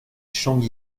shang